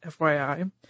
FYI